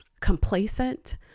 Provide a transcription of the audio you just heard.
complacent